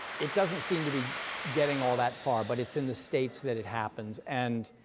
it doesn't seem to be getting all that far, but it's in the states that it happens, and